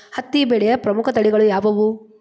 ಹತ್ತಿ ಬೆಳೆಯ ಪ್ರಮುಖ ತಳಿಗಳು ಯಾವ್ಯಾವು?